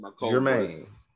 Jermaine